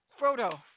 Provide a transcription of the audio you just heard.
Frodo